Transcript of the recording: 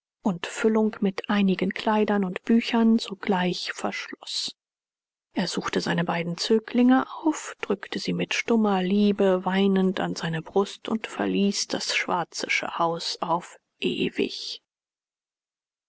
und füllung mit einigen kleidern und büchern sogleich verschloß er suchte seine beiden zöglinge auf drückte sie mit stummer liebe weinend an seine brust und verließ das schwarzische haus auf ewig